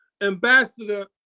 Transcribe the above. Ambassador